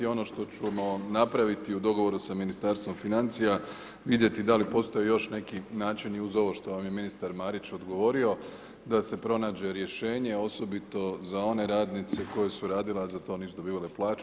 Ono što ćemo napraviti u dogovoru sa Ministarstvom financija, vidjeti da li postoje još neki načini uz ovo što vam je ministar Marić odgovorio, da se pronađe rješenje osobito za one radnice koje su radile, a za to nisu dobivale plaću.